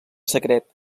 secret